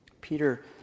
Peter